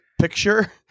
picture